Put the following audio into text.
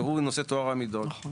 והוא נושא טוהר המידות.